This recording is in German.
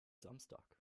samstag